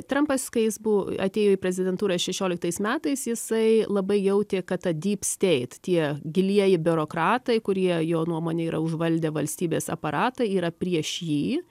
trampas kai jis bu atėjo į prezidentūrą šešioliktais metais jisai labai jautė kad ta dyp steit tie gilieji biurokratai kurie jo nuomone yra užvaldę valstybės aparatą yra prieš jį